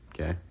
Okay